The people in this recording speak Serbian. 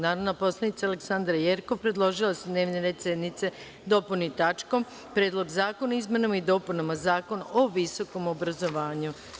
Narodna poslanica Aleksandra Jerkov predložila je da se dnevni red sednice dopuni tačkom - Predlog zakona o izmenama i dopunama Zakona o visokom obrazovanju.